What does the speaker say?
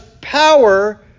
power